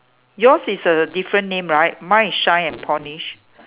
yours is a different name right mine is shine and polish